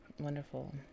wonderful